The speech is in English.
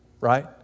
right